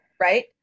right